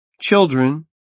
children